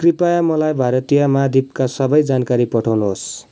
कृपया मलाई भारतीय महाद्विपका सबै जानकारी पठाउनुहोस्